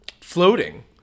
floating